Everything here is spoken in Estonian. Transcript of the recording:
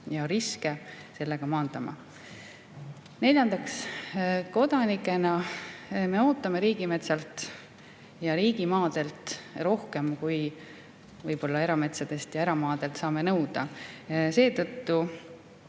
riske seetõttu maandama. Neljandaks. Kodanikena me ootame riigimetsadelt ja riigimaadelt rohkem, kui võib-olla erametsadelt ja eramaadelt saame nõuda. Seetõttu